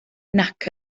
nac